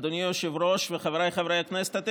אדוני היושב-ראש וחבריי חברי הכנסת,